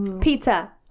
pizza